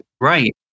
right